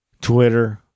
Twitter